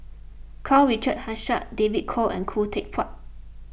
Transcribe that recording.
Karl Richard Hanitsch David Kwo and Khoo Teck Puat